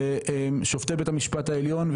שופטי בית המשפט העליון,